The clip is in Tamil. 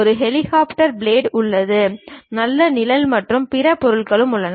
ஒரு ஹெலிகாப்டர் பிளேடு உள்ளது நல்ல நிழல் மற்றும் பிற பொருட்கள் உள்ளன